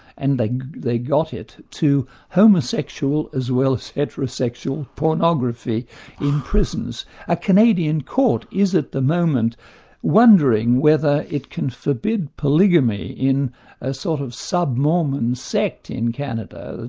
and they they got it, to homosexual as well as heterosexual pornography in prisons. a canadian court is at the moment wondering whether it can forbid polygamy in a sort of sub-mormon sect in canada,